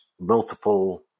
multiple